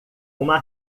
uma